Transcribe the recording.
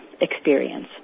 experience